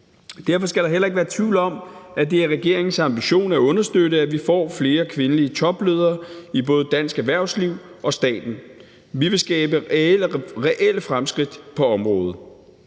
Derfor skal der heller ikke være tvivl om, at det er regeringens ambition at understøtte, at vi får flere kvindelige topledere i både dansk erhvervsliv og i staten. Vi vil skabe relle fremskridt på området.